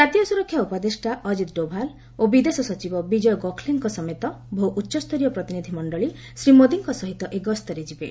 ଜାତୀୟ ସ୍ୱରକ୍ଷା ଉପଦେଷ୍ଟା ଅଜିତ୍ ଡୋଭାଲ୍ ଓ ବିଦେଶ ସଚିବ ବିଜୟ ଗୋଖଲେଙ୍କ ସମେତ ବହୁ ଉଚ୍ଚସ୍ତରୀୟ ପ୍ରତିନିଧିମଣ୍ଡଳୀ ଶ୍ରୀ ମୋଦିଙ୍କ ସହିତ ଏହି ଗସ୍ତରେ ଯିବେ